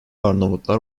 arnavutlar